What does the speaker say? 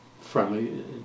friendly